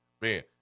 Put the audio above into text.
man